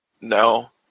No